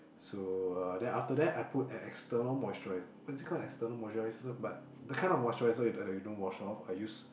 so uh then after that I put an external moisturise what is it called external moisturiser but the kind of moisturiser that that you don't wash off I use